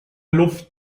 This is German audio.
luft